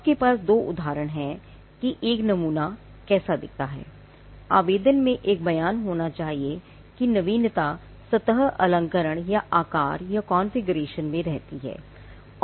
आपके पास दो उदाहरण हैं कि एक नमूना कैसा दिखता है आवेदन में एक बयान होना चाहिए कि नवीनता सतह अलंकरण या आकार या कॉन्फ़िगरेशन में रहती है